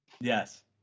Yes